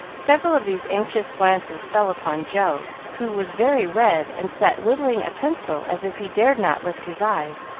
several of these anxious glances fell upon joe, who was very red and sat whittling a pencil as if he dared not lift his eyes.